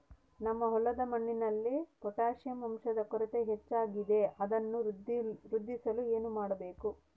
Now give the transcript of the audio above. ನಮ್ಮ ಹೊಲದ ಮಣ್ಣಿನಲ್ಲಿ ಪೊಟ್ಯಾಷ್ ಅಂಶದ ಕೊರತೆ ಹೆಚ್ಚಾಗಿದ್ದು ಅದನ್ನು ವೃದ್ಧಿಸಲು ಏನು ಮಾಡಬೇಕು?